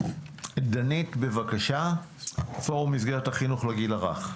דנית, בבקשה, פורום במסגרת החינוך לגיל הרך.